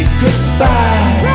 goodbye